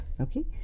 okay